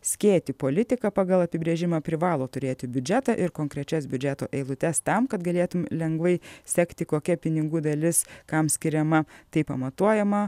skėtį politika pagal apibrėžimą privalo turėti biudžetą ir konkrečias biudžeto eilutes tam kad galėtum lengvai sekti kokia pinigų dalis kam skiriama tai pamatuojama